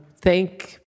thank